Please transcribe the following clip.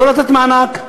לא לתת מענק,